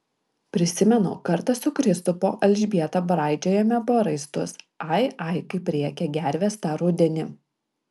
prisimenu kartą su kristupo elžbieta braidžiojome po raistus ai ai kaip rėkė gervės tą rudenį